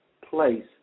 place